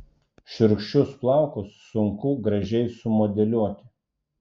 šiurkščius plaukus sunku gražiai sumodeliuoti